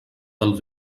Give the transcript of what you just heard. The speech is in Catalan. del